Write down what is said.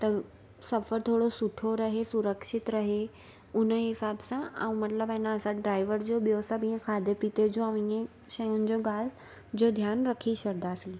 त सफ़रु थोरो सुठो रहे सुरक्षित रहे हुन हिसाबु सां ऐं मतलबु आहिनि असां ड्राइवर जो ॿियो सभु इअं खाधे पीते जो ऐं इयं शयुनि जी ॻाल्हि जो ध्यानु रखी छॾंदासीं